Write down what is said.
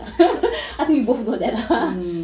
mmhmm